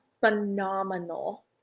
phenomenal